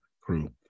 crew